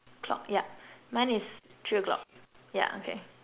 clock yup mine is three o-clock yeah okay